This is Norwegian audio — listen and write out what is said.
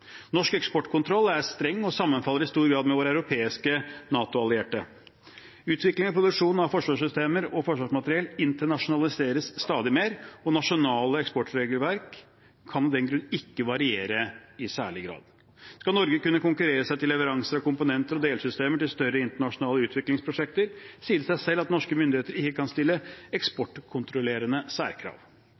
Norsk eksportkontroll er streng og sammenfaller i stor grad med den våre europeiske NATO-allierte har. Utviklingen i produksjonen av forsvarssystemer og forsvarsmateriell internasjonaliseres stadig mer, og nasjonale eksportregelverk kan av den grunn ikke variere i særlig grad. Skal Norge kunne konkurrere seg til leveranser av komponenter og delsystemer til større internasjonale utviklingsprosjekter, sier det seg selv at norske myndigheter ikke kan stille eksportkontrollerende særkrav.